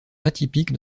atypique